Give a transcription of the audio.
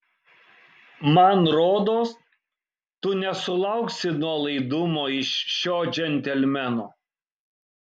man rodos tu nesulauksi nuolaidumo iš šio džentelmeno